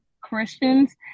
Christians